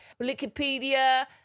Wikipedia